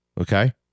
okay